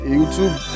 YouTube